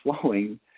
flowing